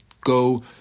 go